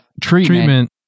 treatment